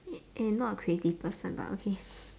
eh not a crazy person lah okay